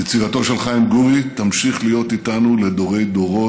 יצירתו של חיים גורי תמשיך להיות איתנו לדורי-דורות.